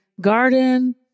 garden